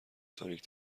تاریک